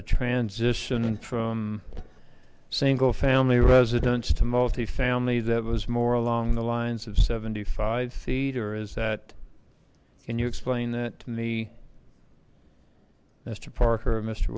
a transition from single family residence to multifamily that was more along the lines of seventy five feet or is that can you explain that to me mr parker mr